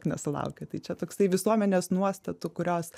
nesulaukė tai čia toksai visuomenės nuostatų kurios